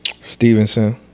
Stevenson